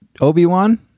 Obi-Wan